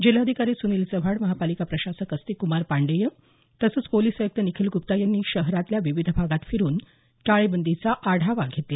जिल्हाधिकारी सुनील चव्हाण महापालिका प्रशासक आस्तिककुमार पांडेय तसंच पोलिस आयुक्त निखील गुप्ता यांनी शहरातल्या विविध भागात फिरुन टाळेबंदीचा आढावा घेतला